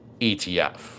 ETF